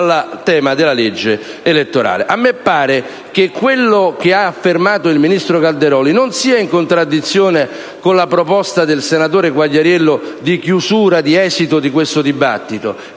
A me pare che quanto affermato dal ministro Calderoli non sia in contraddizione con la proposta del senatore Quagliariello di chiusura di questo dibattito.